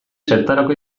zertarako